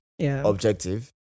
objective